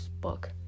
book